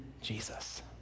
Jesus